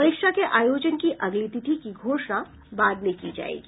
परीक्षा के आयोजन की अगली तिथि की घोषणा बाद में की जायेगी